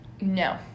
No